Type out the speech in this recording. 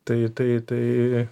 tai tai tai